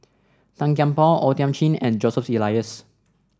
Tan Kian Por O Thiam Chin and Joseph Elias